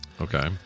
Okay